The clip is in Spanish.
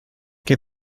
que